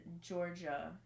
Georgia